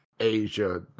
Asia